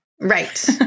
Right